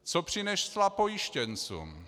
Co přinesla pojištěncům?